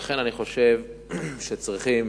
לכן, אני חושב שצריכים